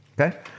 Okay